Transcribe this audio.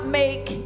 make